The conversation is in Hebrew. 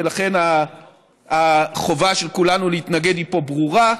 ולכן החובה של כולנו פה להתנגד ברורה,